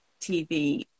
tv